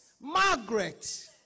Margaret